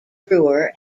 brewer